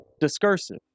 discursive